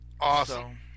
Awesome